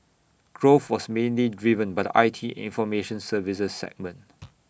growth was mainly driven by the I T information services segment